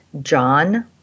John